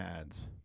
ads